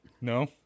No